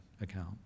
account